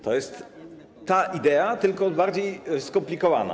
To jest ta idea, tylko bardziej skomplikowana.